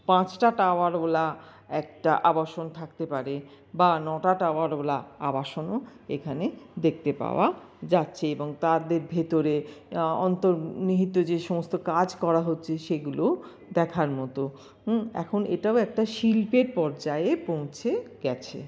পাঁচটা টাওয়ারওয়ালা একটা আবাসন থাকতে পারে বা নটা টাওয়ারওয়ালা আবাসনও এখানে দেখতে পাওয়া যাচ্ছে এবং তাদের ভেতরে অন্তর্নিহিত যে সমস্ত কাজ করা হচ্ছে সেগুলোও দেখার মতো হুম এখন এটাও একটা শিল্পের পর্যায়ে পৌঁছে গেছে